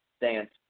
dance